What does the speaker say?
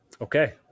Okay